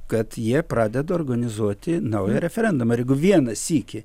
kad jie pradeda organizuoti naują referendumą ir jeigu vieną sykį